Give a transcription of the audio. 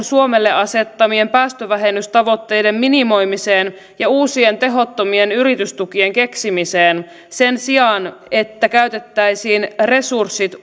suomelle asettamien päästövähennystavoitteiden minimoimiseen ja uusien tehottomien yritystukien keksimiseen sen sijaan että käytettäisiin resurssit